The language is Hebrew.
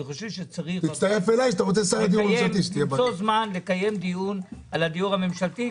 אני חושב שצריך למצוא זמן לקיים דיון על הדיור הממשלתי,